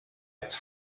its